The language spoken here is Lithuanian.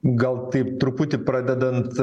gal taip truputį pradedant